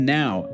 now